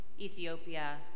Ethiopia